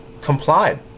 complied